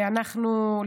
ואנחנו,